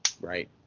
right